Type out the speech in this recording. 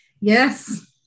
yes